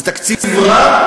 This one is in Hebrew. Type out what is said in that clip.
זה תקציב רע,